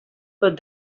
pot